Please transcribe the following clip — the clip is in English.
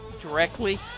directly